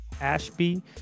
Ashby